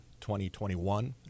2021